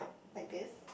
like this